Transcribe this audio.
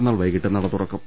ന്നാൾ വൈകീട്ട് നട തുറക്കും